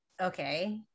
Okay